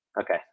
Okay